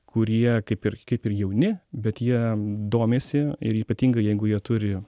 kurie kaip ir kaip ir jauni bet jie domisi ir ypatingai jeigu jie turi